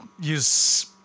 use